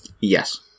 Yes